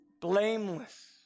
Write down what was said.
blameless